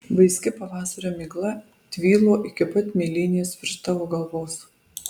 vaiski pavasario migla tvylo iki pat mėlynės virš tavo galvos